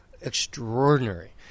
extraordinary